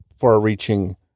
far-reaching